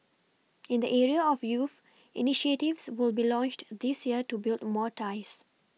in the area of youth initiatives will be launched this year to build more ties